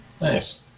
nice